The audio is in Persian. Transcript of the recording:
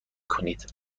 کنید